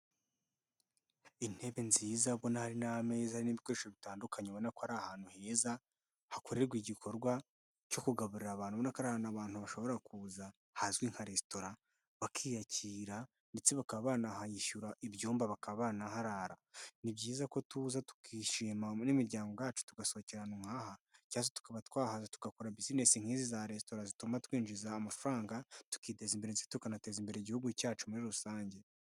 Intebe nziza ubona hari n'ameza n'ibikoresho bitandukanye ubona ko ari ahantu heza. Hakorerwa igikorwa cyo kugaburira abantu ubona ko abantu bashobora kuza hazwi nka resitora. Bakiyakira ndetse bakaba banahishyura ibyumba bakaba banaharara. Ni byiza ko tuza tukishima n'imiryango yacu tugasohokirana nk'aha cyangwa tukaba twahaza tugakora business nk'izi za resitora zituma twinjiza amafaranga tukiteza imbere ndetse tukanateza imbere igihugu cyacu muri rusange.